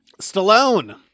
Stallone